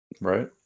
Right